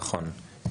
נכון.